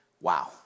Wow